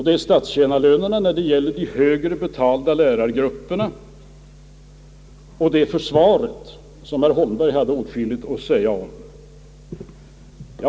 Det är statstjänarlönerna när det gäller de högre betalda lärargrupperna och det är försvaret, som herr Holmberg här hade åtskilligt att säga om.